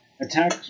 Attack